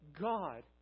God